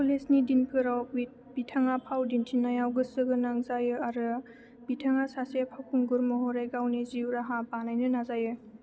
कलेजनि दिनफोराव बि बिथाङा फाव दिन्थिनायाव गोसो गोनां जायो आरो बिथाङा सासे फावखुंगुर महरै गावनि जिउ राहा बानायनो नाजायो